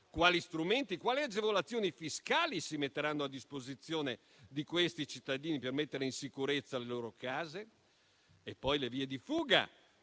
Quali strumenti e quali agevolazioni fiscali si metteranno a disposizione di questi cittadini, per mettere in sicurezza le loro case? E poi, quanto alle vie di fuga,